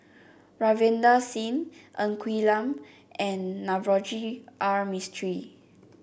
Ravinder Singh Ng Quee Lam and Navroji R Mistri